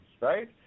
right